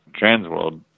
Transworld